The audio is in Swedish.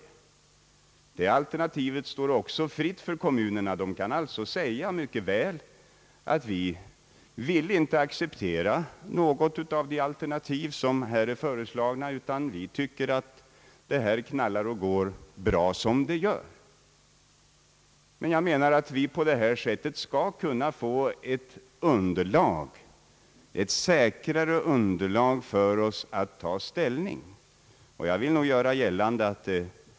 Det alternativet står alltså fritt för kommunerna. De kan mycket väl säga att de inte vill acceptera någon av de utvägar som här är föreslagna, utan att de tycker att det knallar och går bra som det gör. Jag hoppas att vi på detta sätt skall kunna få ett säkrare underlag när det gäller att ta ställning.